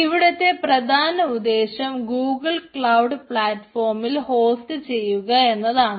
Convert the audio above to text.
ഇവിടുത്തെ പ്രധാന ഉദ്ദേശം ഗൂഗിൾ ക്ലൌഡ് പ്ലാറ്റ്ഫോമിൽ ഹോസ്റ്റ് ചെയ്യുക എന്നതാണ്